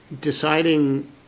deciding